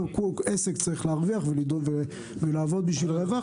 כל עסק צריך להרוויח ולדאוג ולעבוד בשביל רווח.